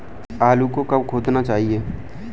आलू को कब खोदना चाहिए?